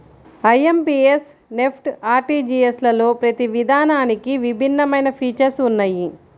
IMPS, NEFT, ఆర్టీజీయస్లలో ప్రతి విధానానికి భిన్నమైన ఫీచర్స్ ఉన్నయ్యి